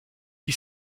qui